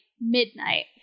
midnight